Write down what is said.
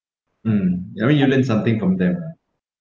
mm I mean you learn something from that lah